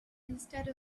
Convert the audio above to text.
instead